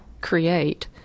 create